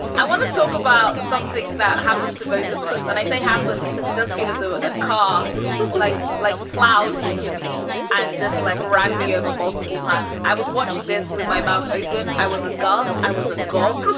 and i want to talk about something that happened to both of us. and i say happened because it does feel as though a car like like plowed into me and just, like, ran me over multiple times. i was watching this with my mouth open. i was aghast. i was a gheorghe.